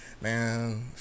man